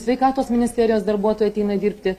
sveikatos ministerijos darbuotojai ateina dirbti